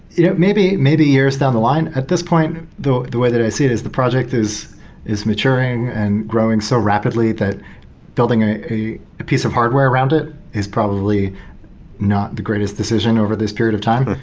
you know maybe maybe years down the line. at this point, the the way that i see it is the project is is maturing and growing so rapidly that building ah a piece of hardware around it is probably not the greatest decision over this period of time.